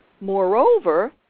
moreover